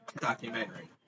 documentary